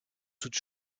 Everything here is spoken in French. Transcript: toute